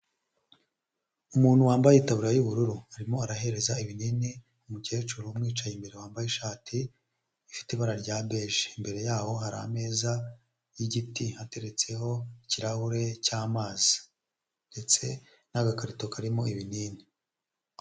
Umuntu wambaye itaburiya y'ubururu, arimo arahereza ibinini umukecuru wicaye imbere, wambaye ishati ifite ibara rya beje, imbere yaho hari ameza y'igiti, hateretseho ikirahure cy'amazi ndetse n'agakarito karimo ibinini.